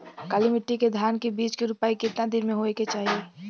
काली मिट्टी के धान के बिज के रूपाई कितना दिन मे होवे के चाही?